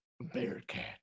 Bearcat